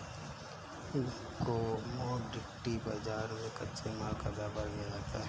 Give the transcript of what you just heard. commodity बाजार में कच्चे माल का व्यापार किया जाता है